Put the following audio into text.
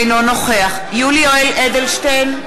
אינו נוכח יולי יואל אדלשטיין,